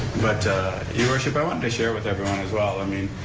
but your worship, i wanted to share with everyone as well, i mean,